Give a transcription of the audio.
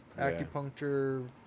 acupuncture